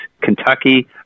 Kentucky